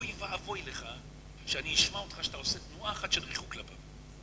אוי ואבוי לך, שאני אשמע אותך כשאתה עושה תנועה אחת של ריחוק כלפיו.